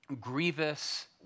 grievous